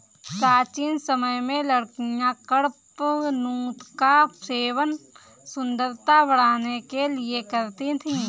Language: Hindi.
प्राचीन समय में लड़कियां कडपनुत का सेवन सुंदरता बढ़ाने के लिए करती थी